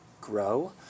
grow